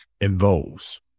involves